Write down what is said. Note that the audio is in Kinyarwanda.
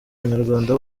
banyarwanda